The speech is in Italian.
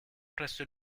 presso